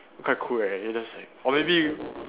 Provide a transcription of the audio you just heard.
quite cool right and just like or maybe